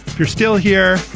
you're still here.